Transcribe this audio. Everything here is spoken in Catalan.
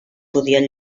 podien